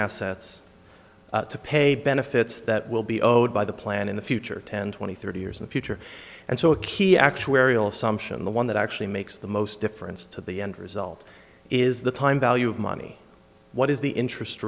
assets to pay benefits that will be owed by the plan in the future ten twenty thirty years in the future and so a key actuarial assumption the one that actually makes the most difference to the end result is the time value of money what is the interest